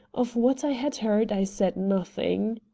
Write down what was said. of what i had heard i said nothing.